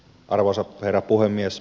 arvoisa herra puhemies